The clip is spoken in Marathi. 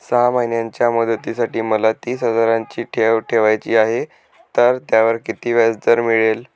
सहा महिन्यांच्या मुदतीसाठी मला तीस हजाराची ठेव ठेवायची आहे, तर त्यावर किती व्याजदर मिळेल?